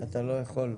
אתה לא יכול.